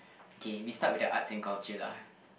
okay we start with the arts and culture lah